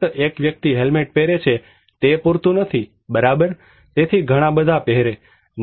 ફક્ત એક વ્યક્તિ હેલ્મેટ પહેરે છે તે પૂરતું નથી બરાબર તેથી ઘણા વધારે પહેરે